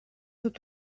dut